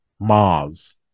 Mars